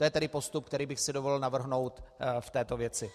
To je tedy postup, který bych si dovolil navrhnout v této věci.